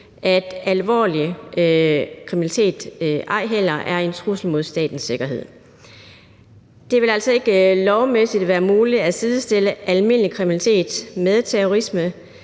at alvorlig kriminalitet ej heller er en trussel mod statens sikkerhed. Det vil altså ikke lovmæssigt være muligt at sidestille almindelig kriminalitet med terrorisme,